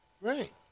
right